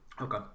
Okay